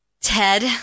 Ted